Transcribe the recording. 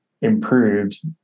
improved